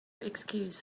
excuse